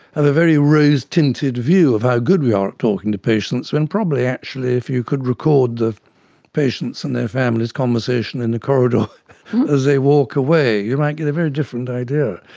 have a very rose-tinted view of how good we are at talking to patients when probably actually if you could record the patient and their family's conversation in the corridor as they walk away, you might get a very different idea.